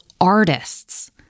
artists